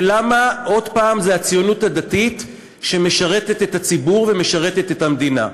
למה עוד הפעם זה הציונות הדתית שמשרתת את הציבור ומשרתת את המדינה.